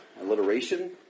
alliteration